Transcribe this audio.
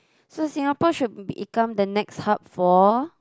so Singapore should become the next hub for